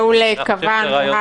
מעולה, קבענו.